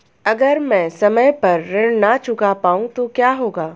अगर म ैं समय पर ऋण न चुका पाउँ तो क्या होगा?